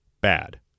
bad